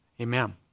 amen